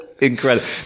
incredible